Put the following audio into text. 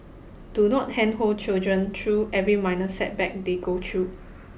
do not handhold children through every minor setback they go through